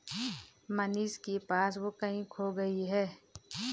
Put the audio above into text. मनीष की पासबुक कहीं खो गई है